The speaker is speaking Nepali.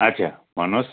अच्छा भन्नुहोस्